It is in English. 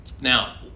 Now